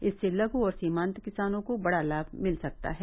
इससे लघु और सीमान्त किसानों को बड़ा लाभ मिल सकता है